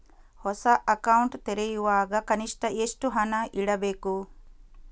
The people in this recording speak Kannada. ಹೊಸ ಅಕೌಂಟ್ ತೆರೆಯುವಾಗ ಕನಿಷ್ಠ ಎಷ್ಟು ಹಣ ಇಡಬೇಕು?